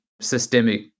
systemic